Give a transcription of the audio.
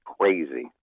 crazy